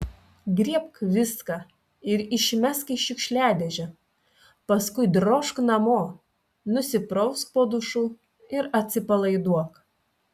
griebk viską ir išmesk į šiukšliadėžę paskui drožk namo nusiprausk po dušu ir atsipalaiduok